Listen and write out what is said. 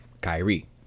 Kyrie